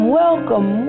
welcome